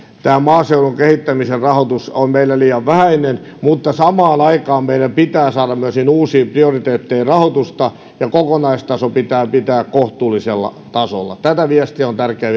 maaseudun kehittämisen rahoitus on meille liian vähäinen mutta samaan aikaan meidän pitää saada myöskin uusiin prioriteetteihin rahoitusta ja kokonaistaso pitää pitää kohtuullisella tasolla tätä viestiä on tärkeä